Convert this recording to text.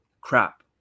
crap